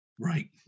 Right